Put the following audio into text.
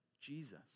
Jesus